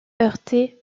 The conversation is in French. heurté